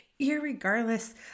irregardless